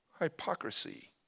Hypocrisy